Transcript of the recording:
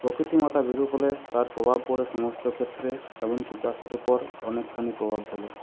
প্রকৃতিমাতা বিরূপ হলে তার প্রভাব পড়ে সমস্ত ক্ষেত্রে এমনকি চাষের উপর অনেকখানি প্রভাব ফেলে